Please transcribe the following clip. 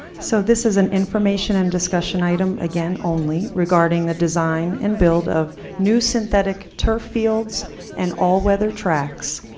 so this is an information and discussion item again only, regarding the design and build of new synthetic turf fields and all weather tracks,